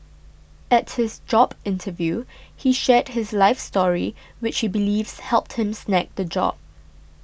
at his job interview he shared his life story which he believes helped him snag the job